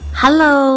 Hello